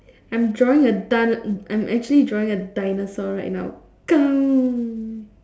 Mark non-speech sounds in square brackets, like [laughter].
I'm drawing a di~ I'm actually drawing a dinosaur right now [noise]